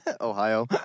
Ohio